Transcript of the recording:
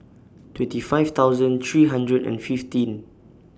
twenty five thousand three hundred and fifteen